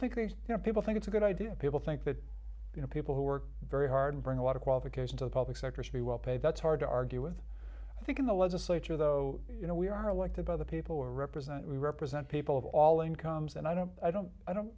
know people think it's a good idea people think that you know people who work very hard bring a lot of qualification to the public sector should be well paid that's hard to argue with i think in the legislature though you know we are elected by the people who are represent we represent people of all incomes and i don't i don't i don't